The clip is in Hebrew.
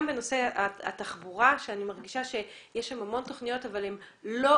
בנושא התחבורה שאני מרגישה שיש שם המון תוכניות אבל הן כלל